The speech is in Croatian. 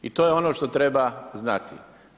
I to je ono što treba znati.